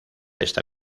esta